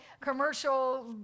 commercial